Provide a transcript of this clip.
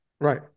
Right